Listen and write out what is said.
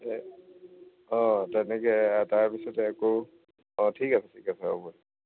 তেনেকৈ তাৰ পিছতে আকৌ অঁ ঠিক আছে ঠিক আছে হ'ব দিয়ক